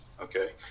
okay